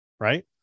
Right